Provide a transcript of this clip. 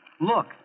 Look